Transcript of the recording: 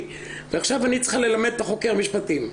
ועכשיו אני צריכה ללמד את החוקר משפטים.